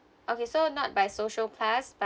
okay so not by social plus but